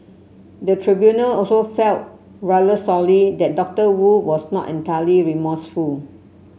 the tribunal also felt rather sorely that Doctor Wu was not entirely remorseful